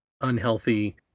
unhealthy